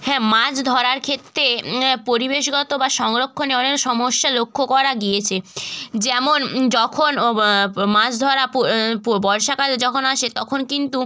হ্যাঁ মাছ ধরার ক্ষেত্রে পরিবেশগত বা সংরক্ষণে অনেক সমস্যা লক্ষ্য করা গিয়েছে যেমন যখন ও মাছ ধরা বর্ষাকাল যখন আসে তখন কিন্তু